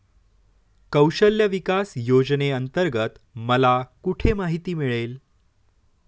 कौशल्य विकास योजनेअंतर्गत मला कुठे माहिती मिळेल?